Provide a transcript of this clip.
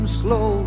slow